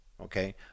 okay